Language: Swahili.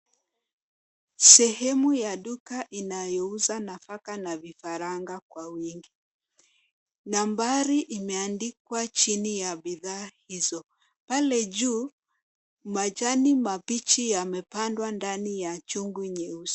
Sehemu ya duka inayouza nafaka la vifaranga kwa wingi. Nambari imeandikwa chini ya bidhaa hizo. Pale juu, majani mabichi yamepandwa ndani ya chungu nyeusi.